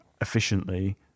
efficiently